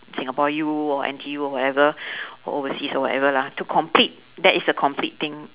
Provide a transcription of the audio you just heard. singapore U or N_T_U or whatever overseas or whatever lah to complete that is a complete thing